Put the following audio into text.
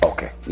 Okay